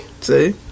See